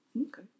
Okay